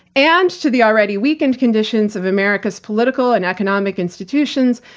and to the already weakened conditions of america's political and economic institutions,